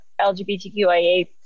lgbtqia